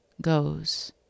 goes